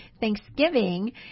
Thanksgiving